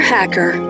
Hacker